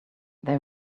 they